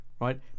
right